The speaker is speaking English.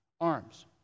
arms